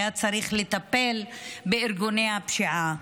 הוא היה צריך לטפל בארגוני הפשיעה.